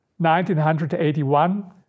1981